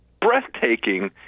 breathtaking